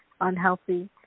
unhealthy